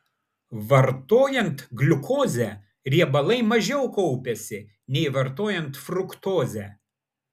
vartojant gliukozę riebalai mažiau kaupiasi nei vartojant fruktozę